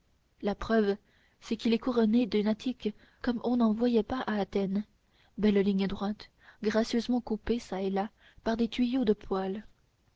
la preuve c'est qu'il est couronné d'un attique comme on n'en voyait pas à athènes belle ligne droite gracieusement coupée çà et là par des tuyaux de poêle